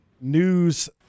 news